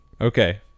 Okay